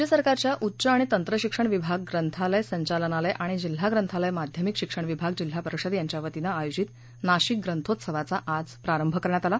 राज्य सरकारच्या उच्च आणि तंत्रशिक्षण विभाग ग्रंथालय संचालनालय आणि जिल्हा ग्रंथालय माध्यमिक शिक्षण विभाग जिल्हा परिषद यांच्यावतीनं आयोजित नाशिक ग्रंथोत्सवचा आज आरंभ करण्यात आला